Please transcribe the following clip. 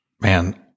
man